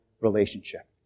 relationship